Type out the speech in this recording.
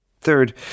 Third